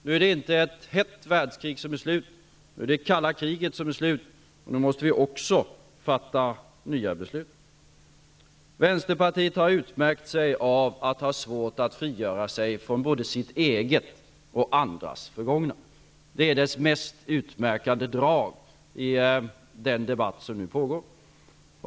Nu är det inte ett hett världskrig som är slut -- nu är det det kalla kriget som är slut, och nu måste vi också fatta nya beslut. Vänsterpartiet har utmärkt sig för att ha svårt att frigöra sig från både sitt eget och andras förgångna. Det är dess mest utmärkande drag i den debatt som nu pågår.